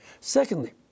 Secondly